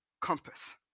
Compass